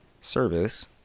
service